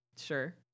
sure